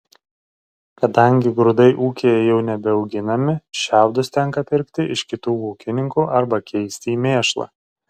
kadangi grūdai ūkyje jau nebeauginami šiaudus tenka pirkti iš kitų ūkininkų arba keisti į mėšlą